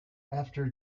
after